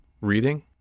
Reading